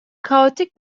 kaotik